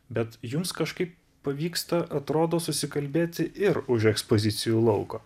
bet jums kažkaip pavyksta atrodo susikalbėti ir už ekspozicijų lauko